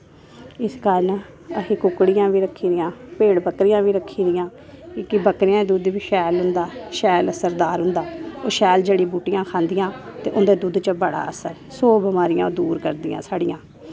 इस कारण असें कुक्कड़ियां बी रक्खी दियां भेड़ बक्करियां बी रक्खी दियां की के बक्करियां दुध्द बी शैल होंदा शैल असरदार होंदा ओह् शैल जड़ी बूटियां खंदियां ते उंदे दुध्द च बड़ा असर सौ बमारियां दूर करदियां साढ़ियां